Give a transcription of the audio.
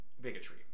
bigotry